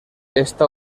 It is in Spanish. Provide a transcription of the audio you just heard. está